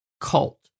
cult